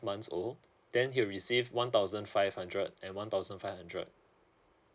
months old then he'll receive one thousand five hundred and one thousand five hundred